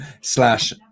slash